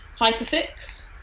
Hyperfix